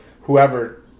whoever